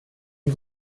une